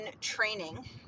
training